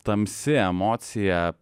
tamsi emocija